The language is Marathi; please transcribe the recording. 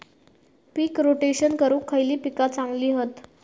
पीक रोटेशन करूक खयली पीका चांगली हत?